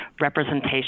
representation